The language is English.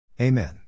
Amen